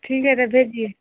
ठीक है तो भेजिए